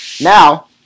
Now